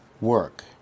work